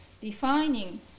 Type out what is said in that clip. defining